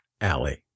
alley